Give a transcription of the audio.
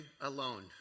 alone